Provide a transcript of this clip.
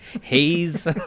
haze